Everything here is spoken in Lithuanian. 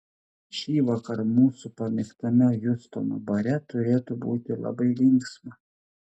šįvakar mūsų pamėgtame hjustono bare turėtų būti labai linksma